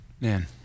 Man